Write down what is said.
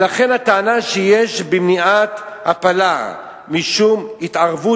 לכן הטענה שיש במניעת הפלה משום התערבות